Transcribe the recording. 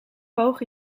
hoog